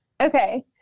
Okay